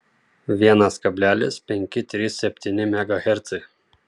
vienas kablelis penki trys septyni megahercai